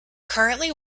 currently